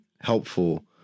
helpful